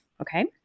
okay